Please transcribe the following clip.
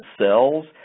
cells